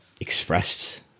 expressed